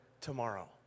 tomorrow